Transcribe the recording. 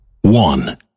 One